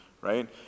right